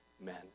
men